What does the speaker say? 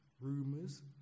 rumors